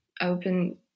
open